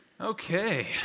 Okay